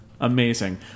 Amazing